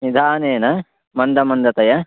निधानेन मन्दमन्दतया